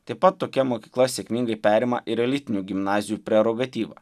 taip pat tokia mokykla sėkmingai perima ir elitinių gimnazijų prerogatyvą